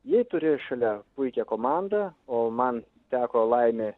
jei turi šalia puikią komandą o man teko laimė